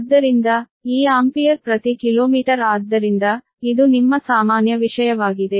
ಆದ್ದರಿಂದ ಈ ಆಂಪಿಯರ್ ಪ್ರತಿ ಕಿಲೋಮೀಟರ್ ಆದ್ದರಿಂದ ಇದು ನಿಮ್ಮ ಸಾಮಾನ್ಯ ವಿಷಯವಾಗಿದೆ